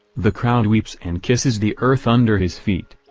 the crowd weeps and kisses the earth under his feet.